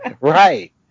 right